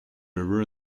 river